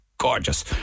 gorgeous